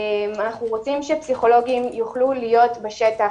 אנחנו רוצים שפסיכולוגים יוכלו להיות בשטח,